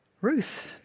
Ruth